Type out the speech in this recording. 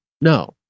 No